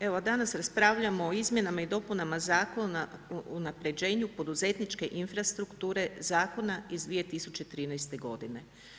Evo danas raspravljamo o izmjenama i dopunama Zakona o unapređenju poduzetničke infrastrukture, zakona iz 2013. godine.